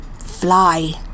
Fly